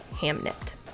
Hamnet